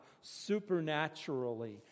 supernaturally